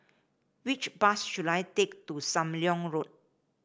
which bus should I take to Sam Leong Road